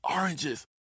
oranges